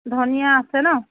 ধনিয়া আছে ন'